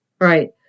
right